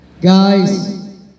Guys